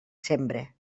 sembre